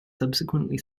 subsequently